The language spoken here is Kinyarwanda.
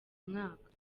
mwaka